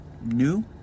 new